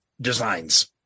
designs